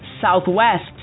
Southwest